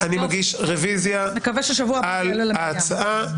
אני מגיש רוויזיה על ההצעה.